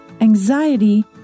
anxiety